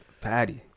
Patty